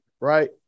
Right